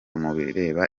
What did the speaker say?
mubireba